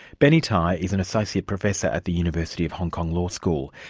benny tai is an associate professor at the university of hong kong law school.